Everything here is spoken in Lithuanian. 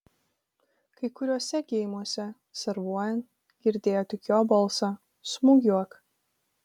kai kuriuose geimuose servuojant girdėjo tik jo balsą smūgiuok